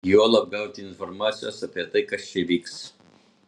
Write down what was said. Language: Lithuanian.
juolab gauti informacijos apie tai kas čia vyks